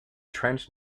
trench